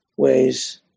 ways